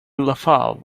lafave